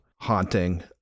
haunting